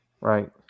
Right